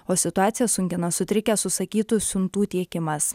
o situaciją sunkina sutrikęs užsakytų siuntų tiekimas